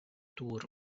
dŵr